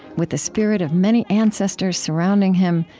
with the spirit of many ancestors surrounding him,